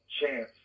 chance